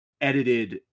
edited